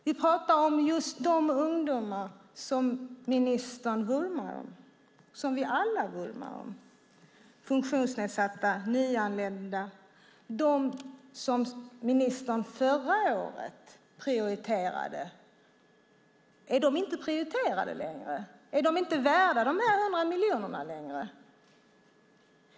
Vi talar om just de ungdomar som ministern vurmar för - som vi alla vurmar för: funktionsnedsatta och nyanlända, dem som ministern prioriterade förra året. Är de inte längre prioriterade? Är de inte längre värda dessa 100 miljoner?